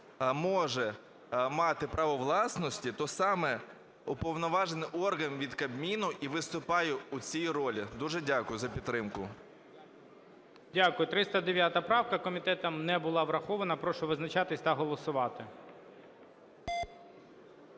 може мати право власності, то саме уповноважений орган від Кабміну і виступає у цій ролі. Дуже дякую за підтримку. ГОЛОВУЮЧИЙ. Дякую. 309 правка, комітетом не була врахована. Прошу визначатися та голосувати.